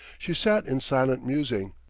she sat in silent musing.